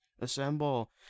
assemble